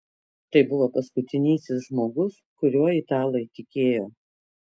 tai buvo paskutinysis žmogus kuriuo italai tikėjo